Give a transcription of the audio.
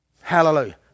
Hallelujah